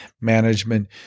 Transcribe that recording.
management